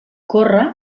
corre